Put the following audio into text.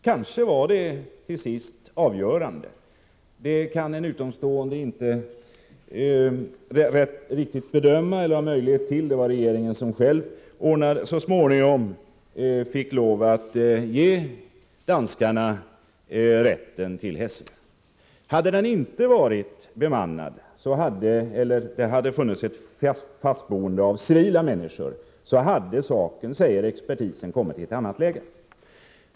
Kanske var det till sist avgörande — det har en utomstående inte riktigt möjlighet att bedöma; det var regeringen själv som handlade den frågan och som så småningom fick lov att ge danskarna rätten till Hässelö. Hade det inte funnits ett fast boende av civila människor på ön, hade saken kommit i ett annat läge, säger expertisen.